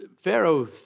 Pharaoh